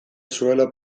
zuela